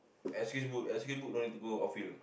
excuse boot excuse boot don't need to go off field